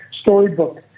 storybook